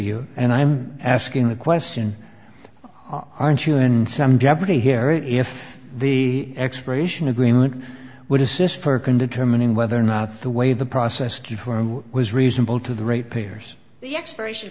you and i'm asking the question aren't you and some jeopardy here if the expiration agreement would assist for can determine whether or not the way the process q four was reasonable to the ratepayers the expiration